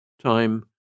Time